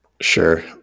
Sure